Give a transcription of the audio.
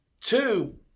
Two